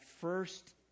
first